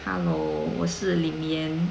哈喽我是 Ling Yan